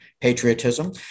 patriotism